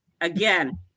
Again